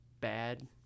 bad